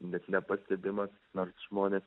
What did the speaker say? net nepastebimas nors žmonės